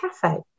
cafe